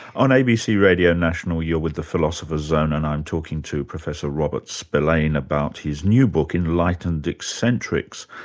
on abc radio national you're with the philosopher's zone and i'm talking to professor robert spillane about his new book enlightened eccentrics.